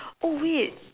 oh wait